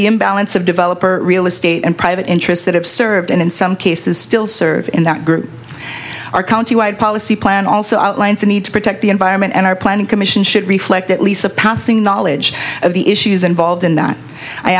the imbalance of developer real estate and private interests that have served and in some cases still serve in that group our county wide policy plan also outlines a need to protect the environment and are planning commission should reflect that lisa pouncing knowledge of the issues involved in that i